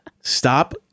Stop